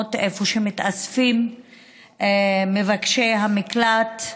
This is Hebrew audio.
ובמקומות שבהם מתאספים מבקשי המקלט,